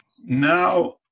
Now